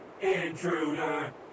intruder